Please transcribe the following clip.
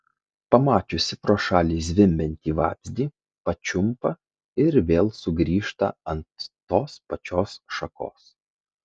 pamačiusi pro šalį zvimbiantį vabzdį pačiumpa ir vėl sugrįžta ant tos pačios šakos